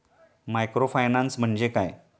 Microfinance म्हणजे काय?